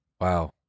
Wow